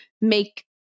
make